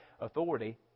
authority